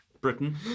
britain